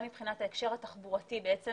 גם מבחינת ההקשר התחבורתי, בעצם